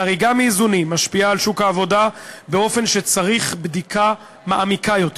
חריגה מאיזונים משפיעה על שוק העבודה באופן שמצריך בדיקה מעמיקה יותר.